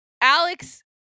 Alex